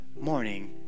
morning